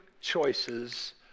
choices